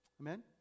Amen